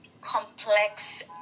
complex